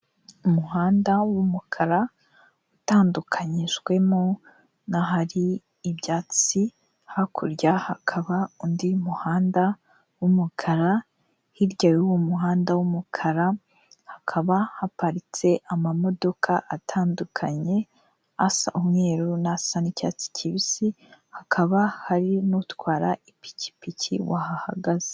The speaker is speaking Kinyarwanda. Umuhanda w'umukara utandukanyijwemo n'ahari ibyatsi, hakurya hakaba undi muhanda w'umukara, hirya y'uwo muhanda w'umukara hakaba haparitse amamodoka atandukanye, asa umweru n'asa n'icyatsi kibisi, hakaba hari n'utwara ipikipiki wahahagaze.